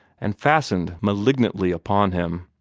and fastened malignantly upon him.